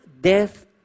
death